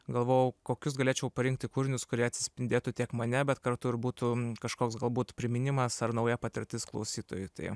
galvojau kokius galėčiau parinkti kūrinius kurie atsispindėtų tiek mane bet kartu ir būtų kažkoks galbūt priminimas ar nauja patirtis klausytojui tai